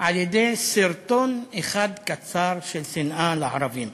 על-ידי סרטון אחד קצר של שנאה לערבים.